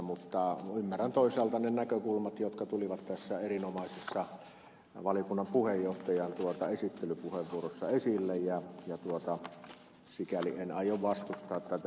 mutta ymmärrän toisaalta ne näkökulmat jotka tulivat tässä erinomaisessa valiokunnan puheenjohtajan esittelypuheenvuorossa esille joten sikäli en aio vastustaa tätä